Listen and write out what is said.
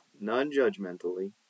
non-judgmentally